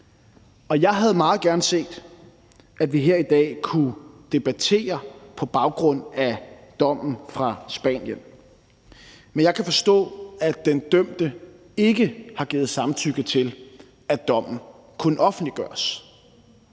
jeg havde meget gerne set, at vi her i dag kunne debattere på baggrund af dommen fra Spanien. Men jeg kan forstå, at den dømte ikke har givet samtykke til, at dommen kunne offentliggøres,